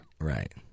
Right